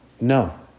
No